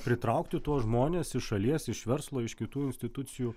pritraukti tuos žmones iš šalies iš verslo iš kitų institucijų